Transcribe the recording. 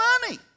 money